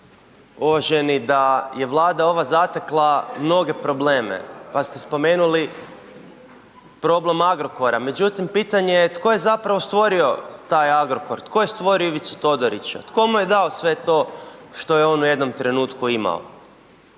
uvaženi da je Vlada ova zatekla mnoge probleme, pa ste spomenuli problem Agrokora, međutim, pitanje je tko je zapravo stvorio taj Agrokor, tko je stvorio Ivicu Todorića, tko mu je dao sve to što je on u jednom trenutku imao?